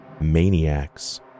maniacs